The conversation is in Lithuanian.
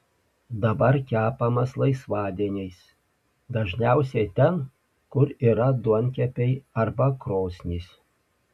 dabar kepamas laisvadieniais dažniausiai ten kur yra duonkepiai arba krosnys